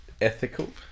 ethical